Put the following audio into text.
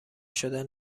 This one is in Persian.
شدن